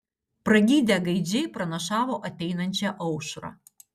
pragydę gaidžiai pranašavo ateinančią aušrą